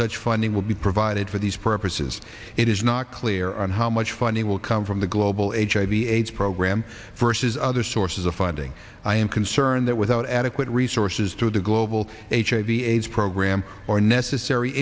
such funding will be provided for these purposes it is not clear on how much funding will come from the global aids hiv aids program first as other sources of funding i am concerned that without adequate resources to the global aids hiv aids program or necessary